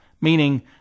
meaning